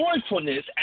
joyfulness